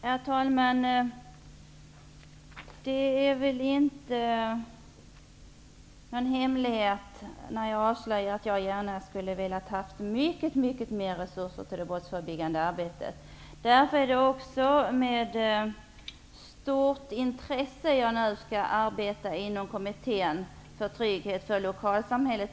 Herr talman! Det är inte någon hemlighet att jag gärna skulle ha velat ha mycket större resurser till det brottsförebyggande arbetet. Därför är det också med stort intresse som jag nu skall arbeta inom Kommittén för trygghet i lokalsamhället.